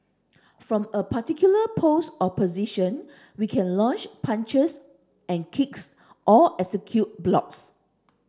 from a particular pose or position we can launch punches and kicks or execute blocks